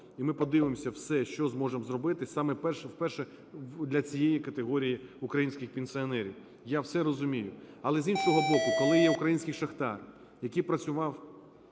і ми подивимося все, що зможемо зробити, саме перше – для цієї категорії українських пенсіонерів, я все розумію. Але, з іншого боку, коли є український шахтар, який працював